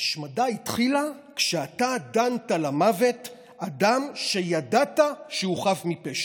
ההשמדה התחילה כשאתה דנת למוות אדם שידעת שהוא חף מפשע.